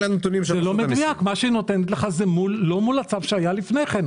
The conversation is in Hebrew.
מה שהיא נותנת לך זה לא מול הצו שהיה לפני כן.